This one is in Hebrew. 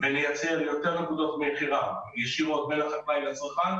ונייצר יותר נקודות מכירה ישירות בין החקלאי לצרכן